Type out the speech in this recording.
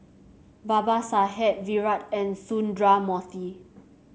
Babasaheb Virat and Sundramoorthy